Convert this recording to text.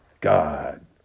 God